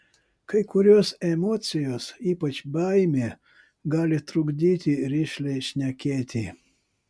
kai kurios emocijos ypač baimė gali trukdyti rišliai šnekėti